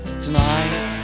tonight